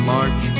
March